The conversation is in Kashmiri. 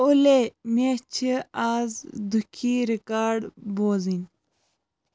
اولے مےٚ چِھ آز دُکھی ریکاڈ بوزٕنۍ